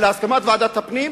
אלא הסכמת ועדת הפנים,